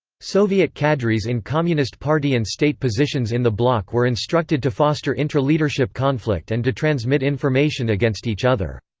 soviet cadres in communist party and state positions in the bloc were instructed to foster intra-leadership conflict and to transmit information against each other.